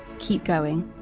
keep going.